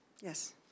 Yes